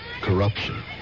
corruption